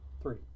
Three